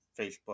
Facebook